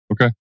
Okay